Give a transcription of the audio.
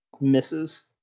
misses